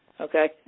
Okay